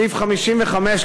סעיף 55,